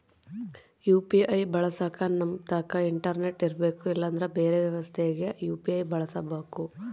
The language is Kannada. ಯು.ಪಿ.ಐ ಬಳಸಕ ನಮ್ತಕ ಇಂಟರ್ನೆಟು ಇರರ್ಬೆಕು ಇಲ್ಲಂದ್ರ ಬೆರೆ ವ್ಯವಸ್ಥೆಗ ಯು.ಪಿ.ಐ ಬಳಸಬಕು